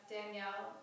Danielle